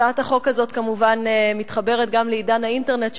הצעת החוק הזאת כמובן מתחברת גם לעידן האינטרנט,